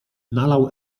nalał